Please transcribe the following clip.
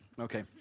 Okay